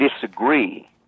disagree